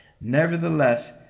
nevertheless